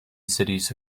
cities